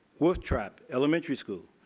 wolftrap elementary school,